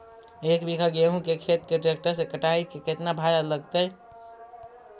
एक बिघा गेहूं के खेत के ट्रैक्टर से कटाई के केतना भाड़ा लगतै?